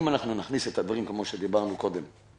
אם אנחנו נכניס את הדברים שדיברנו עליהם קודם,